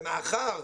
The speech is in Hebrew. ומאחר